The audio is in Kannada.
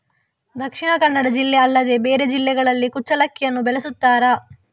ದಕ್ಷಿಣ ಕನ್ನಡ ಜಿಲ್ಲೆ ಅಲ್ಲದೆ ಬೇರೆ ಜಿಲ್ಲೆಗಳಲ್ಲಿ ಕುಚ್ಚಲಕ್ಕಿಯನ್ನು ಬೆಳೆಸುತ್ತಾರಾ?